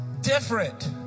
different